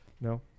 No